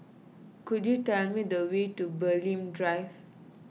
could you tell me the way to Bulim Drive